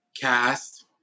cast